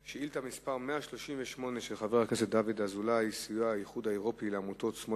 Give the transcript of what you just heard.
חבר הכנסת יצחק וקנין שאל את שר החוץ ביום י"א בסיוון תשס"ט (3 ביוני